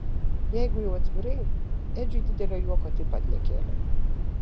jeigu jau atvirai edžiui didelio juoko taip pat nekėlė